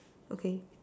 okay